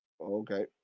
Okay